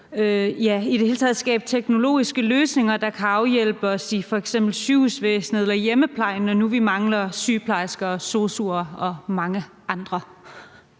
i det hele taget skabe teknologiske løsninger, der kan aflaste os i f.eks. sygehusvæsenet eller hjemmeplejen, når nu vi mangler sygeplejersker og sosu'er og mange andre?